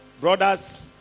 brothers